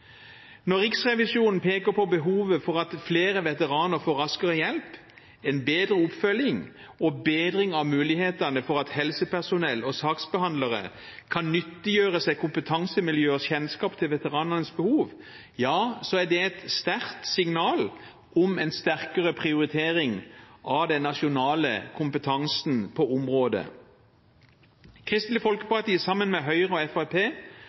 Når Riksrevisjonen peker på behovet for at flere veteraner får raskere hjelp, en bedre oppfølging og bedring av mulighetene for at helsepersonell og saksbehandlere kan nyttiggjøre seg kompetansemiljøer og kjennskap til veteranenes behov, er det et sterkt signal om en sterkere prioritering av den nasjonale kompetansen på området. Kristelig Folkeparti har, sammen med Høyre og